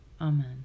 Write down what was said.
Amen